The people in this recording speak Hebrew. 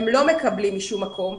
הם לא מקבלים משום מקום,